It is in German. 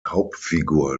hauptfigur